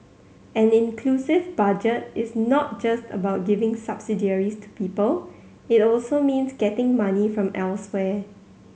an inclusive budget is not just about giving to people it also means getting money from elsewhere